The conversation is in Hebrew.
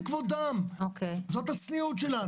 הצניעות שלנו.